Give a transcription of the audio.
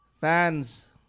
Fans